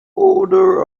odor